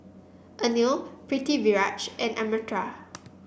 Anil Pritiviraj and Amartya